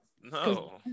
No